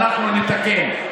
אנחנו נתקן.